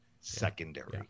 secondary